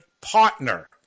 partner